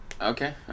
Okay